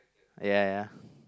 yeah yeah